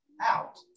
out